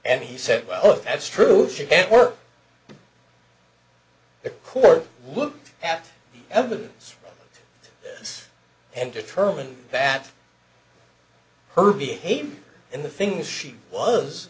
and he said well if that's true she can't work the court look at the evidence and determine that her behavior in the things she was